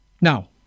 Now